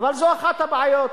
הוא אומר שהביורוקרטיה היא הבעיה,